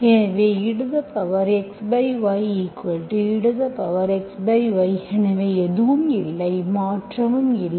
எனவே exyexy எனவே எதுவும் இல்லை மாற்றமும் இல்லை